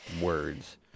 words